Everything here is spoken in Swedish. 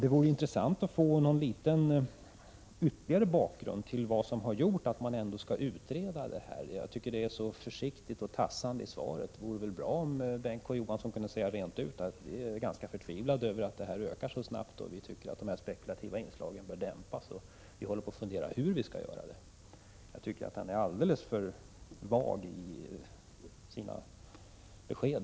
Det vore intressant att få en ytterligare bakgrund till vad som har gjort att man ändå skall utreda det hela. Jag tycker att Bengt K. Å. Johansson är alltför försiktig och tassande i svaret. Det vore väl bra om han kunde säga rent ut: Vi är ganska förtvivlade över att den här hanteringen ökar så snabbt, vi tycker att de här spekulativa inslagen bör dämpas, och vi håller på att fundera över hur vi skall kunna åstadkomma det. Jag tycker att Bengt K. Å. Johansson är alldeles för vag i sina besked.